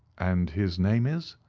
and his name is?